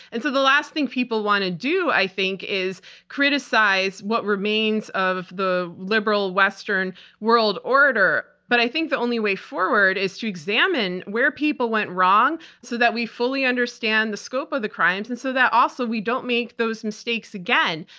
and so the last thing people want to do, i think, is criticize what remains of the liberal western world order. but i think the only way forward is to examine where people went wrong so that we fully understand the scope of the crimes and so that also we don't make those mistakes again.